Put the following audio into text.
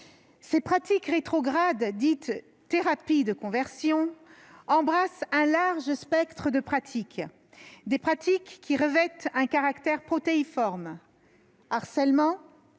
Ces pratiques rétrogrades appelées « thérapies de conversion » embrassent un large spectre de pratiques et revêtent un caractère protéiforme : harcèlements,